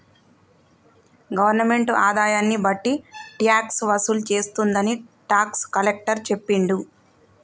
government ఆదాయాన్ని బట్టి tax వసూలు చేస్తుందని టాక్స్ కలెక్టర్ చెప్పిండు